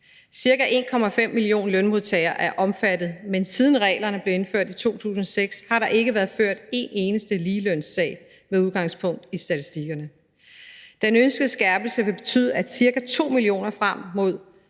Ca. 1,5 millioner lønmodtagere er omfattet, men siden reglerne blev indført i 2006, har der ikke været ført en eneste ligelønssag med udgangspunkt i statistikkerne. Den ønskede skærpelse vil betyde, at ca. 2 millioner frem for